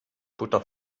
butter